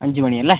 അഞ്ച് മണി അല്ലേ